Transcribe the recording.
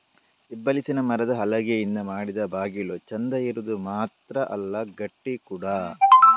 ಹೆಬ್ಬಲಸಿನ ಮರದ ಹಲಗೆಯಿಂದ ಮಾಡಿದ ಬಾಗಿಲು ಚಂದ ಇರುದು ಮಾತ್ರ ಅಲ್ಲ ಗಟ್ಟಿ ಕೂಡಾ